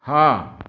ହଁ